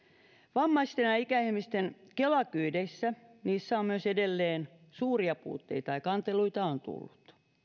vammaisten ja ja ikäihmisten kela kyydeissä on myös edelleen suuria puutteita ja kanteluita on tullut